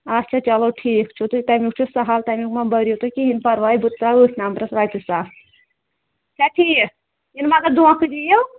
اچھا چلو ٹھیٖک چھُ تہٕ تَمیُک چھُ سہل تَمیُک ما بٔرِو تُہۍ کِہیٖنۍ پَرواے بہٕ ترٛاوٕ أتھۍ نمبرَس رۄپیہِ سَاس چھا ٹھیٖک یِنہِ مگر دھوکہٕ دِیِو